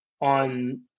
on